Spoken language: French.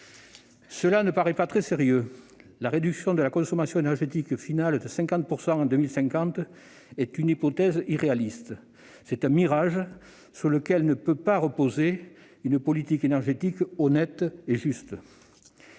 Cela ne paraît pas très sérieux. La réduction de la consommation énergétique finale de 50 % en 2050 est une hypothèse irréaliste. C'est un mirage sur lequel ne peut pas reposer une politique énergétique honnête et juste.